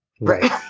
Right